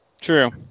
True